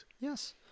Yes